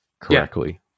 correctly